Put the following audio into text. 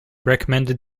recommended